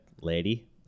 lady